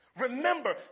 remember